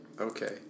Okay